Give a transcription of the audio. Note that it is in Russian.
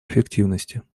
эффективности